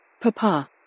Papa